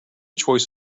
choice